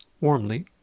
warmly